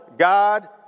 God